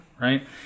right